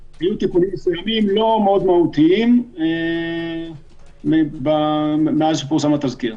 פשוטים, לא מאוד מהותיים, מאז שפורסם התזכיר.